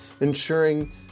ensuring